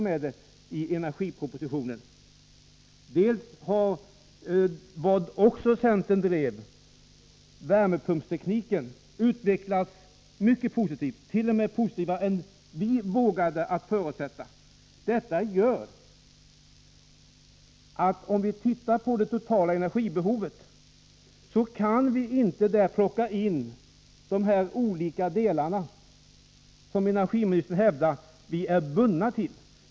Dessutom har värmepumpstekniken —- som centern också arbetade för — utvecklats mycket positivt, t.o.m. positivare än vad vi vågade förutsätta. Detta gör att vi när vi ser på det totala energibehovet inte kan plocka in de olika delar som energiministern hävdar att vi är bundna till.